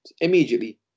immediately